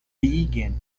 vegan